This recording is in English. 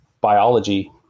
biology